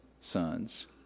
sons